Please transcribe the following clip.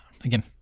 again